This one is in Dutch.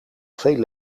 veel